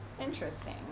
Interesting